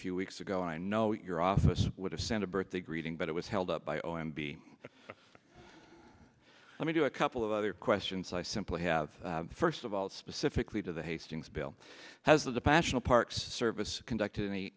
few weeks ago i know your office would have sent a birthday greeting but it was held up by o m b let me do a couple of other questions i simply have first of all specifically to the hastings bill has a passionate park service conducted